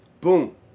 Boom